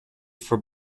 for